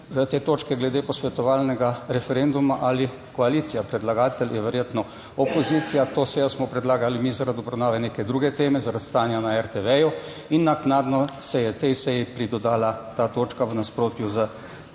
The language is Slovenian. te točke glede posvetovalnega referenduma, ali koalicija. Predlagatelj je verjetno opozicija. To sejo smo predlagali mi zaradi obravnave neke druge teme, zaradi stanja na RTV in naknadno se je tej seji pridodala ta točka v nasprotju s